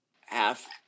half